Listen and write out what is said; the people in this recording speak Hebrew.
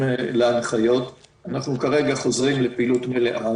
להנחיות אנחנו כרגע חוזרים לפעילות מלאה.